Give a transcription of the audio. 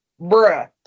Bruh